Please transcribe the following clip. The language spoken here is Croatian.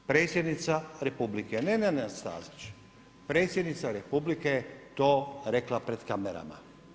Predsjednica Republike, ne, Nenad Stazić, predsjednica Republike je to rekla pred kamerama.